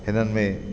हिननि में